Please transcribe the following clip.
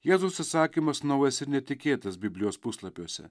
jėzaus atsakymas naujas ir netikėtas biblijos puslapiuose